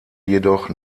jedoch